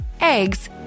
eggs